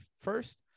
first